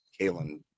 Kalen